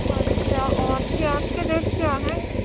اچھا اور پیاز کے ریٹ کیا ہیں